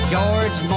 George